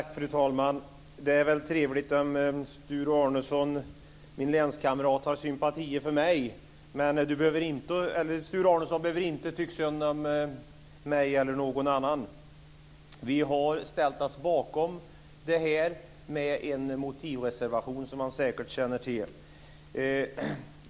Fru talman! Det är trevligt att min länskamrat Sture Arnesson har sympatier för mig, men han behöver inte tycka synd om mig eller någon annan. Vi har ställt oss bakom detta med en motivreservation, som han säkert känner till.